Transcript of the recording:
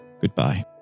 goodbye